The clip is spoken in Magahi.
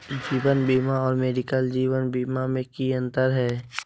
जीवन बीमा और मेडिकल जीवन बीमा में की अंतर है?